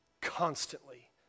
constantly